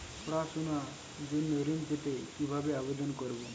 পড়াশুনা জন্য ঋণ পেতে কিভাবে আবেদন করব?